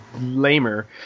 Lamer